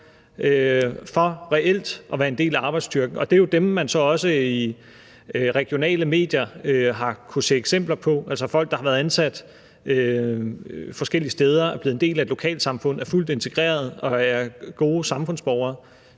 fra reelt at være en del af arbejdsstyrken. Og det er jo så også dem, som man i regionale medier har kunnet se eksempler på, altså folk, der har været ansat forskellige steder, er blevet en del af et lokalsamfund, er fuldt integreret og er gode samfundsborgere,